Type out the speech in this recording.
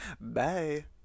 Bye